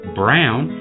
brown